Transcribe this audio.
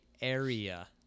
area